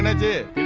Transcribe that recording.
and did